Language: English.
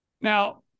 Now